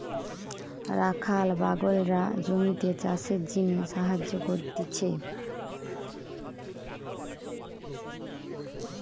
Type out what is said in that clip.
রাখাল বাগলরা জমিতে চাষের জিনে সাহায্য করতিছে